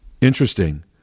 interesting